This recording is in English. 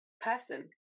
person